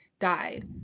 died